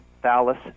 Phallus